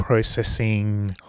processing